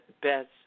best